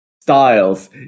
styles